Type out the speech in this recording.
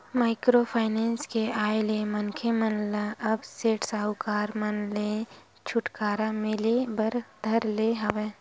micro finance के आय ले मनखे मन ल अब सेठ साहूकार मन ले छूटकारा मिले बर धर ले हवय